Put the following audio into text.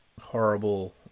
horrible